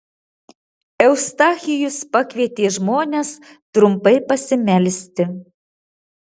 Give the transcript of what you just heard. eustachijus pakvietė žmones trumpai pasimelsti